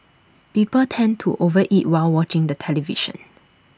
people tend to over eat while watching the television